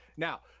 now